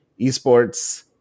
esports